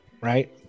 right